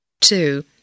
Two